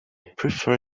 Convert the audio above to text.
prefer